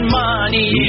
money